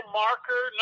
marker